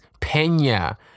Pena